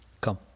Come